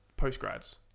postgrads